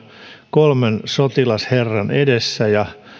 kolmen sotilasherran edessä ja